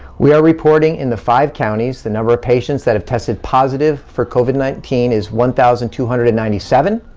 we are reporting in the five counties the number of patients that have tested positive for covid nineteen is one thousand two hundred and ninety seven.